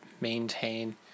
maintain